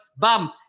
Bam